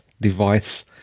device